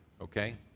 okay